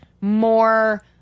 more